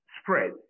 spread